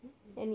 mm mm